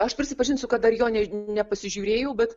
aš prisipažinsiu kad dar jo ne nepasižiūrėjau bet